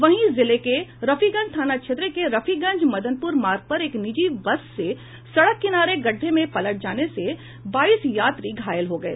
वहीं जिले के रफीगंज थाना क्षेत्र के रफीगंज मदनपूर मार्ग पर एक निजी बस से सड़क किनारे गड़ढ़े में पलट जाने से बाईस यात्री घायल हो गये